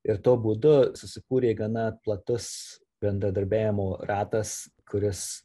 ir tuo būdu susikūrė gana platus bendradarbiavimo ratas kuris